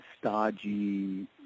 stodgy